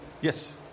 Yes